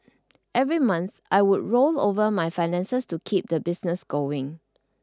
every month I would roll over my finances to keep the business going